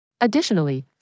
Additionally